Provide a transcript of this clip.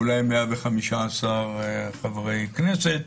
אולי 115 חברי כנסת,